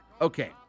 Okay